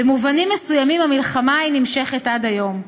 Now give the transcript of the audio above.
במובנים מסוימים המלחמה ההיא נמשכת עד היום.